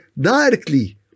directly